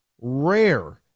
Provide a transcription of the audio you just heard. rare